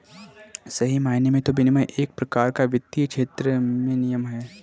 सही मायने में तो विनियमन एक प्रकार का वित्तीय क्षेत्र में नियम है